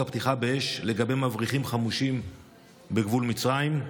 הפתיחה באש על מבריחים חמושים בגבול מצרים?